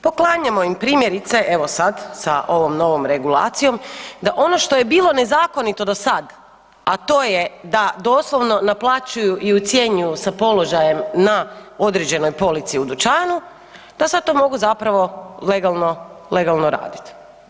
Poklanjamo im primjerice evo sad sa ovom novom regulacijom da ono što je bilo nezakonito do sad, a to je da doslovno naplaćuju i ucjenjuju sa položajem na određenoj polici u dućanu, to sad to mogu zapravo legalno, legalno radit.